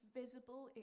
visible